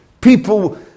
People